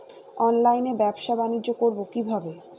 অনলাইনে ব্যবসা বানিজ্য করব কিভাবে?